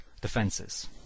defenses